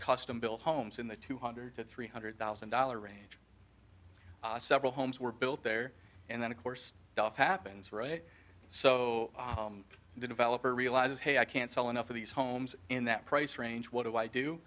custom built homes in the two hundred to three hundred thousand dollars range several homes were built there and then of course dollars happens right so the developer realizes hey i can't sell enough of these homes in that price range what do i do